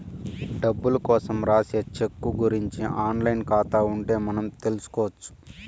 డబ్బులు కోసం రాసే సెక్కు గురుంచి ఆన్ లైన్ ఖాతా ఉంటే మనం తెల్సుకొచ్చు